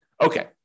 Okay